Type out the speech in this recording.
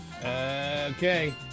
Okay